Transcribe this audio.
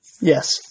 Yes